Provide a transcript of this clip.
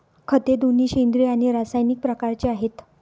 खते दोन्ही सेंद्रिय आणि रासायनिक प्रकारचे आहेत